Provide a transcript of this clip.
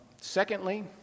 Secondly